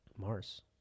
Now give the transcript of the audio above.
Mars